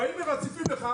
מציפים לך,